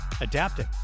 adapting